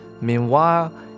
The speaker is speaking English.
Meanwhile